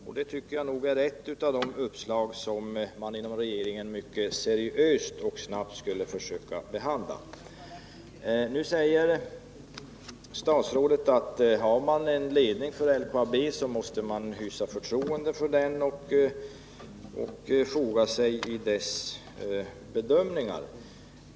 Jag tycker det är ett av de uppslag som man inom regeringen borde behandla mycket seriöst och snabbt. Nu säger statsrådet att om man har en ledning för LKAB måste man hysa förtroende för den och foga sig i dess bedömningar.